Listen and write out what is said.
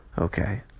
okay